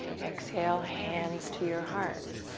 exhale, hands to your heart.